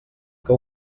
que